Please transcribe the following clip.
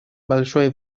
большое